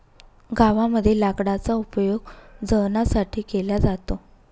गावामध्ये लाकडाचा उपयोग जळणासाठी केला जातो